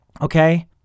okay